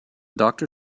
doctor